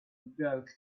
bulk